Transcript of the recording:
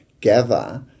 gather